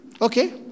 Okay